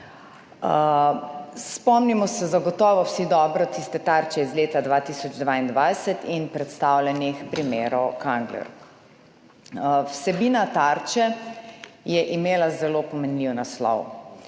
Spomnimo se zagotovo vsi dobro tiste Tarče iz leta 2022 in predstavljenih primerov Kangler. Vsebina Tarče je imela zelo pomenljiv naslov,